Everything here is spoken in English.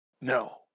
No